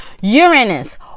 Uranus